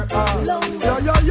Longer